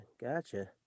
gotcha